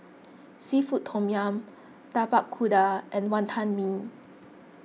Seafood Tom Yum Tapak Kuda and Wantan Mee